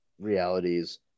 realities